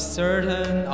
certain